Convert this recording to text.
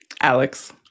Alex